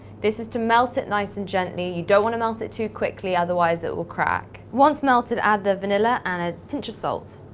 this is to melt it nice and gently. you do not want to melt it to quickly otherwise it will crack. once melted, add the vanilla and a pinch of salt.